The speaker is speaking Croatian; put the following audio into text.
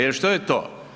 Jer što je to?